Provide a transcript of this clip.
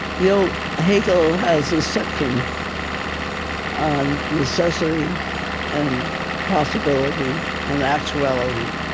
you know, hegel has this section on necessity and possibility and actuality.